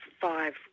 five